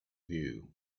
view